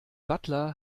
butler